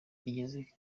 igeze